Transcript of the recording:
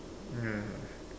ya